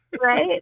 Right